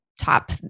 top